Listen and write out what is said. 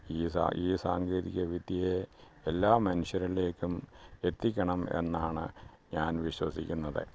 ഈ സാ ഈ സാങ്കേതികവിദ്യയെ എല്ലാ മനുഷ്യരിലേക്കും എത്തിക്കണം എന്നാണ് ഞാന് വിശ്വസിക്കുന്നത്